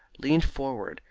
leaned forward,